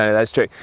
ah that's true.